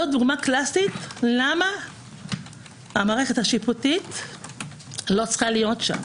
זאת דוגמה קלאסית למה המערכת השיפוטית לא צריכה להיות שם.